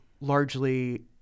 largely